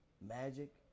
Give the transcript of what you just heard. magic